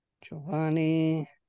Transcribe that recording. Giovanni